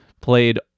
played